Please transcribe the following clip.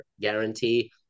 guarantee